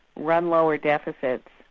run lower deficits,